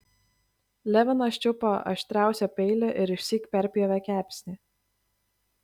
levinas čiupo aštriausią peilį ir išsyk perpjovė kepsnį